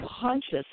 conscious